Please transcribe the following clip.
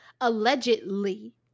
allegedly